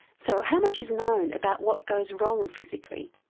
so how much is known about what goes wrong physically?